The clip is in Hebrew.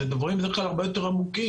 זה דברים בדרך כלל הרבה יותר עמוקים,